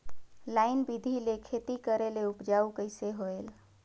Line बिधी ले खेती करेले उपजाऊ कइसे होयल?